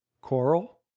coral